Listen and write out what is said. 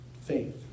faith